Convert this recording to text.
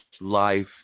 life